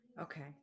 Okay